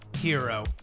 hero